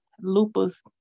lupus